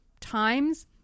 times